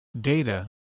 data